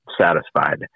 satisfied